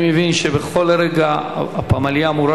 אני מבין שבכל רגע הפמליה אמורה